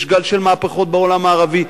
יש גל של מהפכות בעולם הערבי.